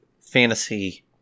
fantasy